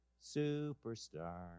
superstar